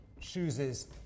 chooses